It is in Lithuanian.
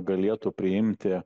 galėtų priimti